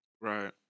Right